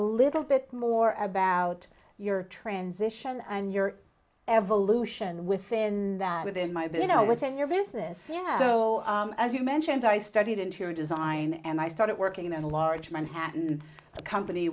a little bit more about your transition and your evolution within that within my bit i would say your business so as you mentioned i studied interior design and i started working in a large manhattan company